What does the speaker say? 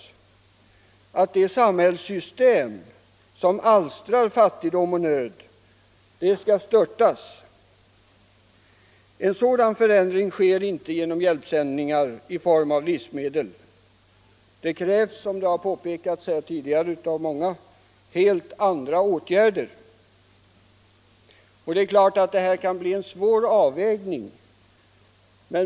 Det samhällssystem som alstrar fattigdomen och nöden skall störtas. En sådan förändring sker inte genom hjälpsändningar i form av livsmedel. Det krävs — som har påpekats tidigare av många — helt andra åtgärder. Det kan bli fråga om en svår avvägning.